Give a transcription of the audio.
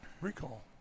recall